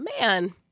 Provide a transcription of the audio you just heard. man